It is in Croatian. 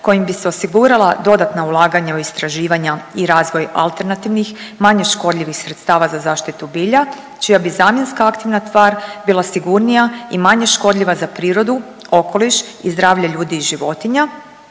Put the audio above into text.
kojim bi se osigurala dodatna ulaganja u istraživanja i razvoj alternativnih, manje škodljivih sredstava za zaštitu bilja čija bi zamjenska aktivna tvar bila sigurnija i manje škodljiva za prirodu, okoliš i zdravlje ljudi i životinja,